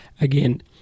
Again